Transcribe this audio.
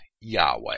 Yahweh